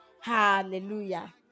Hallelujah